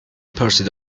pursuit